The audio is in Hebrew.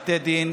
בתי דין,